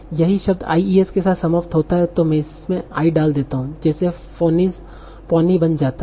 यदि शब्द 'ies' के साथ समाप्त होते हैं मैं इसमें 'i' डाल देता हूं जैसे ponies poni बन जाता है